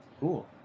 cool